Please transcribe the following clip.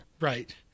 right